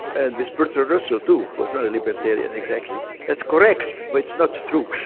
and with bertrand russell, too, who was not a libertarian exactly that's correct, but it's not true.